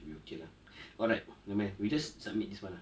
should be okay lah alright nevermind we just submit this [one] lah